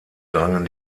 drangen